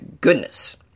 goodness